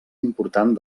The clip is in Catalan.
important